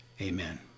Amen